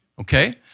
Okay